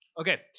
Okay